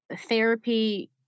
therapy